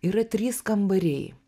yra trys kambariai